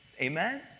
Amen